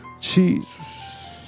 Jesus